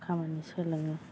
खामानि सोलोङो